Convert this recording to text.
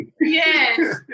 Yes